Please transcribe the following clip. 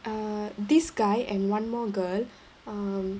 uh this guy and one more girl um